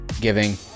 giving